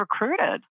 recruited